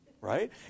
right